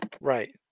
Right